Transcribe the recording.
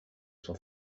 son